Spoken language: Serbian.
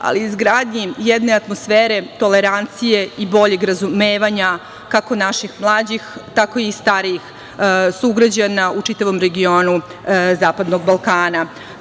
ali i izgradnji jedne atmosfere, tolerancije i bolje razumevanja, kako naših mlađih, tako i starijih sugrađana u čitavom regionu Zapadnog